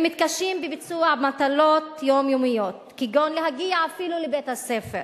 הם מתקשים בביצוע מטלות יומיומיות כגון להגיע אפילו לבית-הספר.